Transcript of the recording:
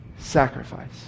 Sacrifice